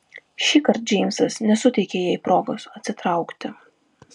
šįkart džeimsas nesuteikė jai progos atsitraukti